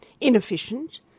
inefficient